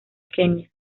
kenia